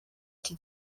iki